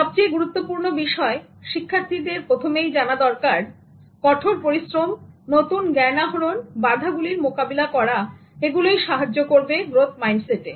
সবচেয়ে গুরুত্বপূর্ণ বিষয়শিক্ষার্থীর প্রথমেই জানা দরকার কঠোর পরিশ্রম নতুন জ্ঞান আহরণ বাধা গুলির মোকাবিলা করাএগুলোই সাহায্য করবে গ্রোথ মাইন্ডসেট এ